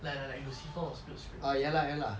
like like like lucifer was good script writing